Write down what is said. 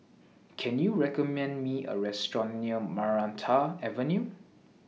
Can YOU recommend Me A Restaurant near Maranta Avenue